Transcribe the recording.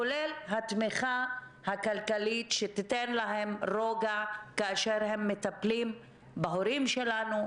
כולל התמיכה הכלכלית שתיתן להם רוגע כאשר הם מטפלים בהורים שלנו,